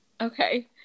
okay